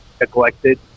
neglected